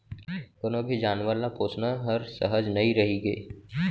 कोनों भी जानवर ल पोसना हर सहज नइ रइगे